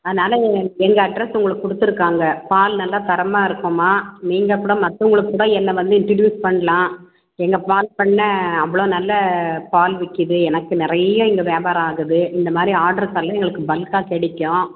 அதனாலே எங் எங்கள் அட்ரெஸ் உங்களுக்கு கொடுத்துருக்காங்க பால் நல்ல தரமாக இருக்கும்மா நீங்கள்கூட மற்றவங்களுக்குக்கூட என்னை வந்து இண்ட்ரட்யூஸ் பண்ணலாம் எங்கள் பால் பண்ணை அவ்வளோ நல்ல பால் விற்கிது எனக்கு நிறைய இங்கே வியாபாரம் ஆகுது இந்தமாதிரி ஆர்ட்ரு காலு எங்களுக்கு பல்க்காக கிடைக்கும்